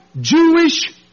Jewish